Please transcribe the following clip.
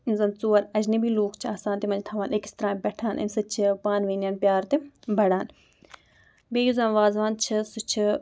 یِم زَن ژور اجنٔبی لوٗکھ چھِ آسان تِمَن چھِ تھاوان أکِس ترٛامہِ پٮ۪ٹھ اَمہِ سۭتۍ چھِ پانہٕ ؤنٮ۪ن پیٛار تہِ بَڑان بیٚیہِ یُس زَن وازوان چھِ سُہ چھِ